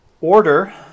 Order